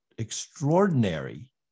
extraordinary